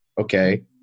Okay